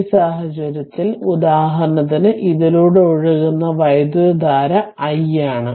ഈ സാഹചര്യത്തിൽ ഉദാഹരണത്തിന് ഇതിലൂടെ ഒഴുകുന്ന വൈദ്യുതധാര i ആണ്